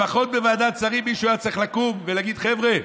לפחות בוועדת שרים מישהו היה צריך לקום ולהגיד: חבר'ה,